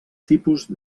tipus